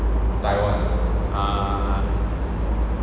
ah